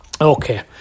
okay